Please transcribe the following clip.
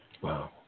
Wow